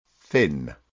Thin